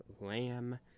Lamb